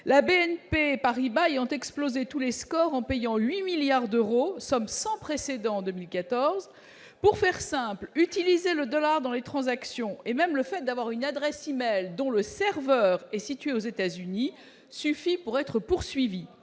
BNP Paribas ayant explosé tous les scores en payant 8 milliards d'euros à ce titre en 2014, une somme sans précédent. Pour faire simple, utiliser le dollar dans les transactions ou même avoir une adresse e-mail dont le serveur est situé aux États-Unis suffit pour être poursuivi.